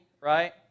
right